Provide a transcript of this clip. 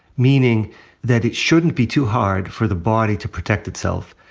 meaning that it shouldn't be too hard for the body to protect itself.